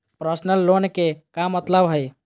Personal loan के का मतलब हई?